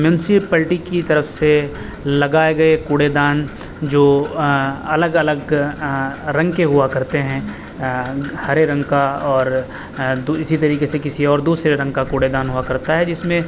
municipality کی طرف سے لگائے گئے کوڑے دان جو الگ الگ رنگ کے ہوا کرتے ہیں ہرے رنگ کا اور اسی طریقے سے کسی اور دوسرے رنگ کا کوڑے دان ہوا کرتا ہے جس میں